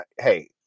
hey